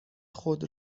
خود